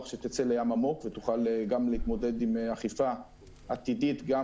שתצא לים עמוק ותוכל גם להתמודד עם אכיפה עתידית גם